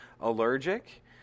allergic